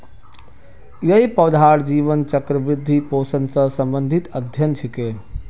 यई पौधार जीवन चक्र, वृद्धि, पोषण स संबंधित अध्ययन छिके